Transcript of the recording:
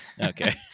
Okay